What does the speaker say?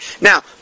Now